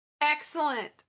Excellent